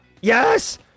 Yes